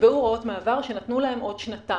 נקבעו הוראות מעבר שנתנו להם עוד שנתיים.